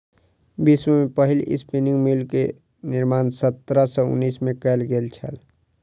विश्व में पहिल स्पिनिंग म्यूल के निर्माण सत्रह सौ उनासी में कयल गेल छल